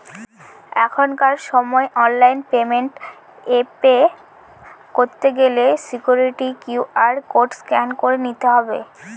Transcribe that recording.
এখনকার সময় online payment এ পে করতে গেলে সিকুইরিটি কিউ.আর কোড স্ক্যান করে নিতে হবে